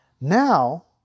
Now